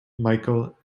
micheal